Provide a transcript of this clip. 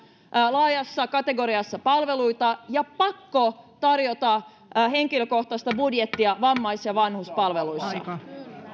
laajassa kategoriassa palveluita ja pakko tarjota henkilökohtaista budjettia vammais ja vanhuspalveluissa